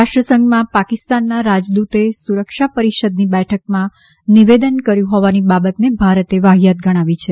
રાષ્ટ્રસંઘમાં પાકિસ્તાનના રાજદૂતે સુરક્ષા પરિષદની બેઠકમાં નિવેદન કર્યું હોવાની બાબતને ભારતે વાહિયાત ગણાવી છે